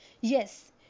Yes